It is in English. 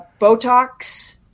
Botox